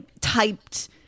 typed